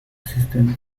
assistants